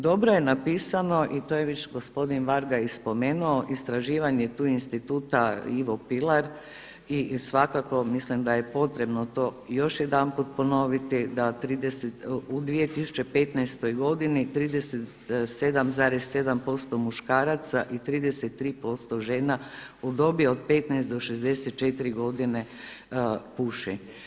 Dobro je napisano i to je već gospodin Varga i spomenuo, istraživanje tu Instituta Ivo Pilar i svakako mislim da je potrebno još jedanput ponoviti da u 2015. godini 37,7% muškaraca i 33% žena u dobi od 15 do 64 godine puši.